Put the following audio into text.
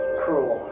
cruel